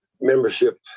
membership